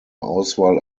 auswahl